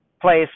place